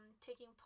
taking